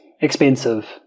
expensive